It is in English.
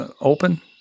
open